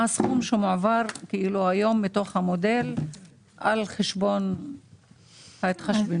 מה הסכום שמועבר היום מתוך המודל על חשבון ההתחשבנות?